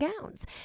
gowns